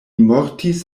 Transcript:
mortis